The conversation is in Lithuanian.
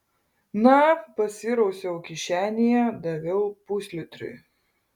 na pasirausiau kišenėje daviau puslitriui